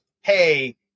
hey